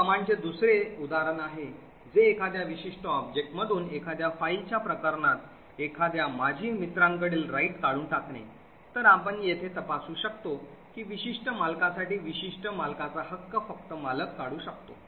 या command चे हे दुसरे उदाहरण आहे जे एखाद्या विशिष्ट ऑब्जेक्टमधून एखाद्या फाईलच्या प्रकरणात एखाद्या माजी मित्रांकडील right काढून टाकणे तर आपण येथे तपासू शकतो की विशिष्ट मालकासाठी विशिष्ट मालकाचा हक्क फक्त मालक काढू शकतो